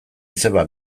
izeba